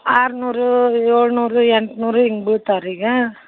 ಆರುನೂರು ಏಳುನೂರು ಎಂಟುನೂರು ಹಿಂಗೆ ಬೀಳ್ತಾವ ರೀ ಈಗ